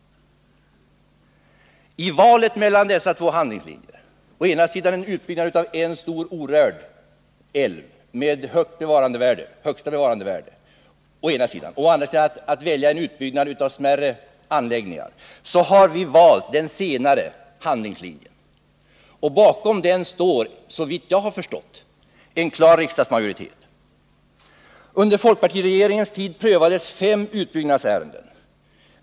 I valet mellan dessa två handlingslinjer, å ena sidan en utbyggnad av en stor orörd älv med högsta bevarandevärde och å andra sidan en utbyggnad av smärre anläggningar, har vi valt den senare handlingslinjen. Bakom den står såvitt jag har förstått en klar riksdagsmajoritet. Under folkpartiregeringens tid prövades fem utbyggnadsärenden.